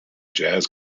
jazz